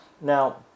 now